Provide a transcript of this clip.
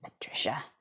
Patricia